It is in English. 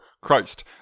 Christ